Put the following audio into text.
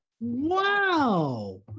Wow